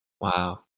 Wow